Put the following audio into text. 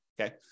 okay